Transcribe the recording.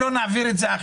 לא הבנתי.